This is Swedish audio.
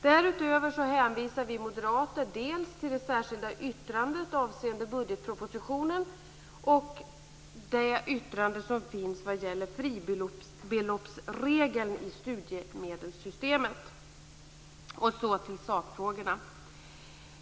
Därutöver hänvisar vi moderater till dels det särskilda yttrandet avseende budgetpropositionen, dels det yttrande som gäller fribeloppsregeln i studiemedelssystemet. Så går jag över till sakfrågorna.